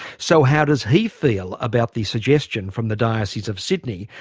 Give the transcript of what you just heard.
so how does he feel about the suggestion from the diocese of sydney,